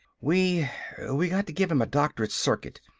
we we got to give him a doctored circuit,